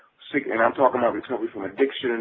and i'm talking about recovery from addiction